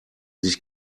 sich